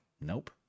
nope